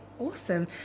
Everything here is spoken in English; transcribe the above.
Awesome